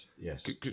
yes